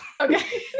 Okay